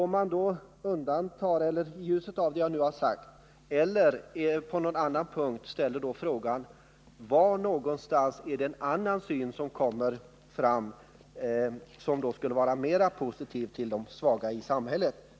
Om man i ljuset av det jag nu har sagt undantar satsningen på arbetsmarknadsverket kan man fråga: Inom vilket område är det som socialdemokratin har en annan syn, som skulle vara mera positiv när det gäller de svaga i samhället?